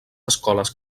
escoles